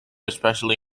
especially